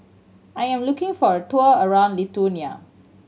I am looking for a tour around Lithuania